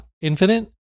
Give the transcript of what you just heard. infinite